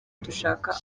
dushaka